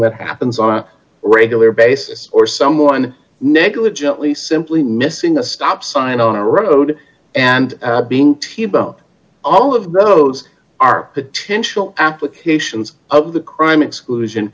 that happens on a regular basis or someone negligently simply missing a stop sign on a road and being t bo all of those are potential applications of the crime exclusion